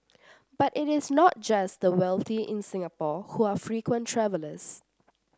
but it is not just the wealthy in Singapore who are frequent travellers